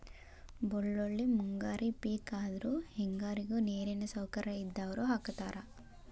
ಬಳ್ಳೋಳ್ಳಿ ಮುಂಗಾರಿ ಪಿಕ್ ಆದ್ರು ಹೆಂಗಾರಿಗು ನೇರಿನ ಸೌಕರ್ಯ ಇದ್ದಾವ್ರು ಹಾಕತಾರ